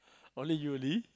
only you only